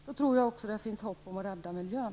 Då tror jag också att det finns hopp om att kunna rädda miljön.